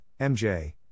MJ